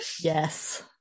Yes